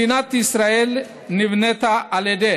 מדינת ישראל נבנתה על ידי